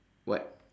what